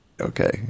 Okay